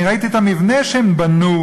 אני ראיתי את המבנה שהם בנו,